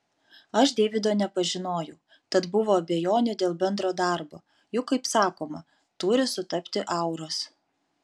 aš deivido nepažinojau tad buvo abejonių dėl bendro darbo juk kaip sakoma turi sutapti auros